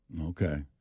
Okay